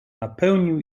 napełnił